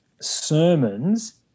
sermons